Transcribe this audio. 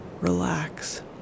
relax